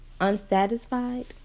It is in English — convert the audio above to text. unsatisfied